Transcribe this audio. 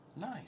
Nice